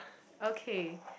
okay